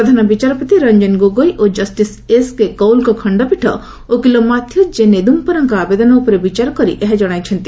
ପ୍ରଧାନ ବିଚାରପତି ରଞ୍ଜନ ଗୋଗୋଇ ଓ justice S K କଉଲଙ୍କ ଖଣ୍ଡପୀଠ ଓକିଲ ମାଥ୍ୟୁଜ କେ ନେଦୁମପରାଙ୍କ ଆବେଦନ ଉପରେ ବିଚାର କରି ଏହା ଜଣାଇଛନ୍ତି